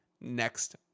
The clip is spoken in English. next